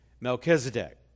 Melchizedek